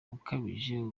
ukabije